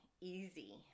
easy